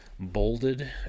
bolded